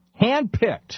handpicked